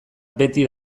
beti